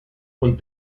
und